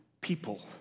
People